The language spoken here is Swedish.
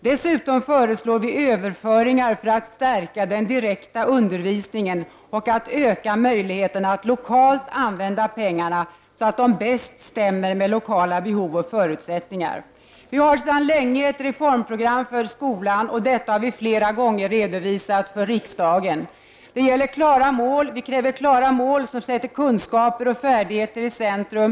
Dessutom föreslår vi överföringar i syfte att förstärka den direkta undervisningen och att öka möjligheterna att lokalt använda pengarna så att de bäst stämmer med lokala behov och förutsättningar. Vi har sedan länge ett reformprogram för skolan. Detta har vi flera gånger redovisat för riksdagen. Vi kräver klara mål som sätter kunskaper och färdigheter i centrum.